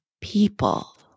people